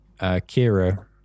Kira